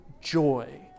joy